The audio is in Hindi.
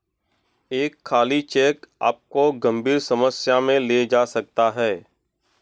एक खाली चेक आपको गंभीर समस्या में ले जा सकता है